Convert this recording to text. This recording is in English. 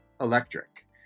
Electric